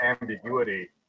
ambiguity